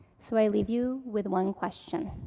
so i leave you with one question